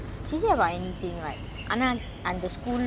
என்னப் பத்தி அந்த:ennap pathi antha banner செய்யோணும்:seyyonum